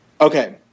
okay